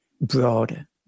broader